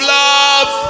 love